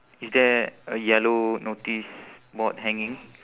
is there a yellow notice board hanging